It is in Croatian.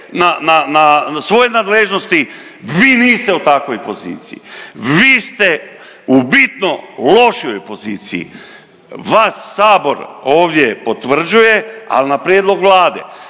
svoje nadležnosti vi niste u takvoj poziciji. Vi ste u bitno lošijoj poziciji. Vas Sabor ovdje potvrđuje, ali na prijedlog Vlade.